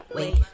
Wait